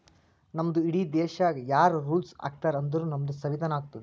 ನಮ್ದು ಇಡೀ ದೇಶಾಗ್ ಯಾರ್ ರುಲ್ಸ್ ಹಾಕತಾರ್ ಅಂದುರ್ ನಮ್ದು ಸಂವಿಧಾನ ಹಾಕ್ತುದ್